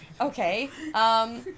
Okay